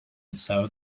south